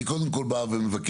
אני קודם בא ומבקש